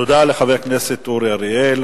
תודה לחבר הכנסת אורי אריאל.